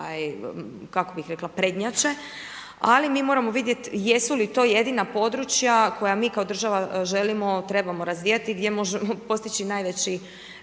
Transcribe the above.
kako bih rekla prednjače. Ali mi moramo vidjeti jesu li to jedina područja koja mi kao država želimo, trebamo razvijati, gdje možemo postići najveći